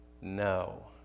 No